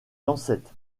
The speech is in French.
lancette